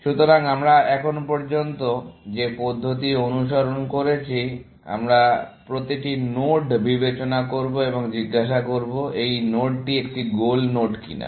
সুতরাং আমরা এখন পর্যন্ত যে পদ্ধতি অনুসরণ করেছি আমরা প্রতিটি নোড বিবেচনা করব এবং জিজ্ঞাসা করব এই নোডটি একটি গোল নোড কিনা